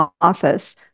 office